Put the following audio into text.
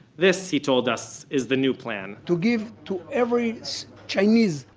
this, he told us, is the new plan to give to every chinese,